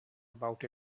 about